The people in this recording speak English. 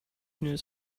news